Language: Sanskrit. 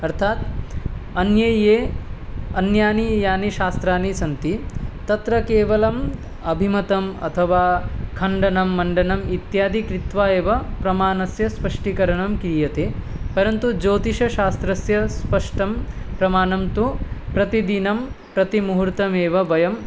अर्थात् अन्ये ये अन्यानि यानि शास्त्राणि सन्ति तत्र केवलम् अभिमतम् अथवा खन्डनमण्डनम् इत्यादि कृत्वा एव प्रमाणस्य स्पष्टीकरणं क्रियते परन्तु ज्योतिषशास्त्रस्य स्पष्टं प्रमाणं तु प्रतिदिनं प्रतिमुहूर्तमेव वयम्